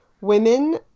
women